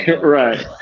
right